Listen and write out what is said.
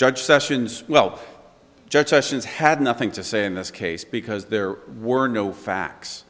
judge sessions well judge sessions had nothing to say in this case because there were no facts